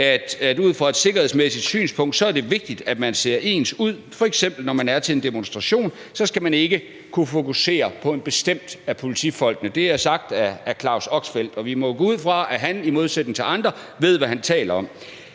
det ud fra et sikkerhedsmæssigt synspunkt er vigtigt, at politifolk ser ens ud, f.eks. når man er til en demonstration; så skal man ikke kunne fokusere på en bestemt af politifolkene. Det er sagt af Claus Oxfeldt, og vi må jo gå ud fra, at han i modsætning til andre ved, hvad han taler om.